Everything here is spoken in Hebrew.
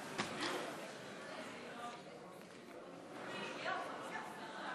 ההצבעה: 39 בעד,